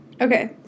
Okay